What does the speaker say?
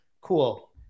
cool